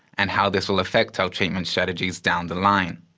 and how this will affect our treatment strategies down the line?